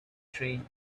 train